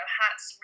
hats